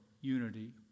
unity